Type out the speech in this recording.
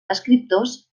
escriptors